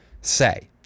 say